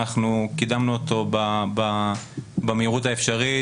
אנחנו קידמנו אותו במהירות האפשרית